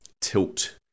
tilt